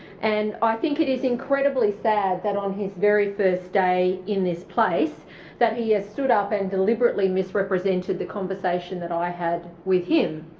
and i think it is incredibly sad that on his very first day in this place that he has stood up and deliberately misrepresented the conversation that i had with him,